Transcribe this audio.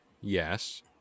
Yes